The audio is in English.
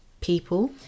people